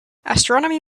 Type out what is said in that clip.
astronomy